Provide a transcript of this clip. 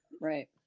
Right